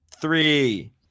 three